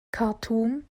khartum